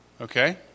Okay